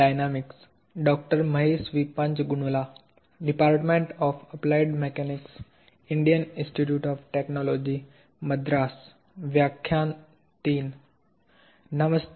नमस्ते